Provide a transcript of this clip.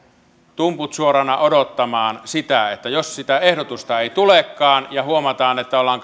tumput suorina odottamaan sitä että sitä ehdotusta ei tulekaan ja että huomataan että ollaan